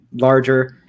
larger